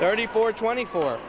thirty four twenty four